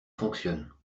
fonctionne